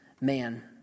man